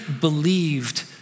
believed